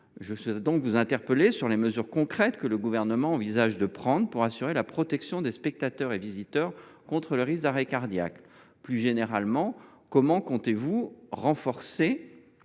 Jeux, je vous interpelle sur les mesures concrètes que le Gouvernement envisage de prendre pour assurer la protection des spectateurs et des visiteurs contre le risque d’arrêt cardiaque. Plus généralement, comment comptez vous renforcer